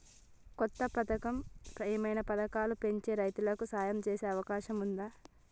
కొత్త ప్రభుత్వం ఏమైనా పథకాలు పెంచి రైతులకు సాయం చేసే అవకాశం ఉందా?